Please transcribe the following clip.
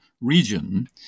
region